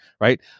right